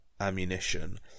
ammunition